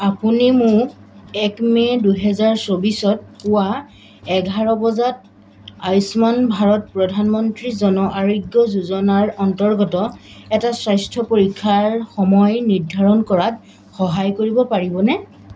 আপুনি মোক এক মে দুহেজাৰ চৌবিছত পুৱা এঘাৰ বজাত আয়ুষ্মান ভাৰত প্ৰধানমন্ত্ৰী জন আৰোগ্য যোজনাৰ অন্তৰ্গত এটা স্বাস্থ্য পৰীক্ষাৰ সময় নিৰ্ধাৰণ কৰাত সহায় কৰিব পাৰিবনে